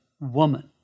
woman